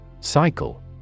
Cycle